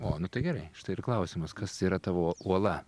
o nu tai gerai štai ir klausimas kas yra tavo uola